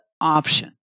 option